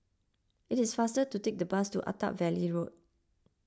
it is faster to take the bus to Attap Valley Road